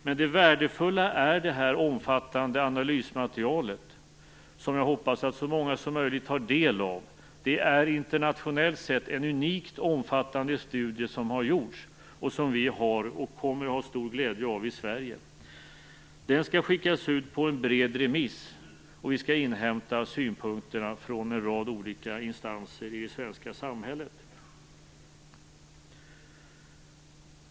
Men det värdefulla är det omfattande analysmaterialet som jag hoppas att så många som möjligt tar del av. Internationellt sett är det en unikt omfattande studie som har gjorts. Den kommer vi att ha stor glädje av i Sverige. Den skall skickas ut på en bred remiss, och vi skall inhämta synpunkter från en rad olika instanser i det svenska samhället.